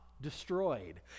destroyed